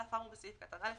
על אף האמור בסעיף קטן (א),